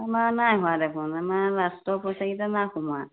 আমাৰ নাই হোৱা দেখোন আমাৰ লাষ্টৰ পইচাকিটা নাই সোমোৱা